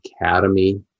Academy